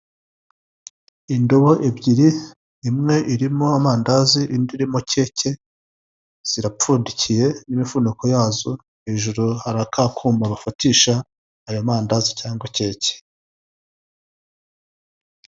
Indobo ebyiri, imwe irimo amandazi indi irimo keke, zirapfundikiye n'imifunniko yazo, hejuru hari kakumba bafatisha ayo mandazi cyangwa keke.